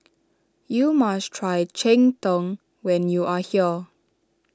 you must try Cheng Tng when you are here